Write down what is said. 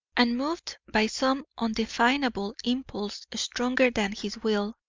and, moved by some undefinable impulse stronger than his will,